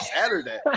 Saturday